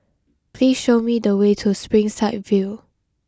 please show me the way to Springside View